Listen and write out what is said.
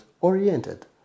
oriented